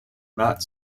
not